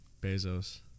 Bezos